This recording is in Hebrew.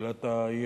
העלה את האי-אמון